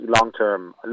long-term